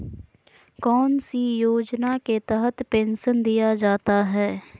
कौन सी योजना के तहत पेंसन दिया जाता है?